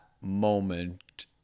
moment